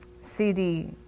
cd